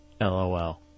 lol